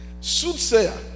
Soothsayer